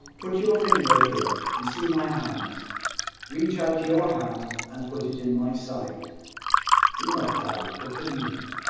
put your finger here and see my hands reach out your hand and put it in my side do not die but believe